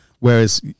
Whereas